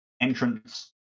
entrance